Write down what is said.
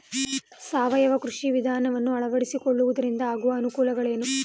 ಸಾವಯವ ಕೃಷಿ ವಿಧಾನವನ್ನು ಅಳವಡಿಸಿಕೊಳ್ಳುವುದರಿಂದ ಆಗುವ ಅನುಕೂಲಗಳೇನು?